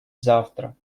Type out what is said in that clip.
завтра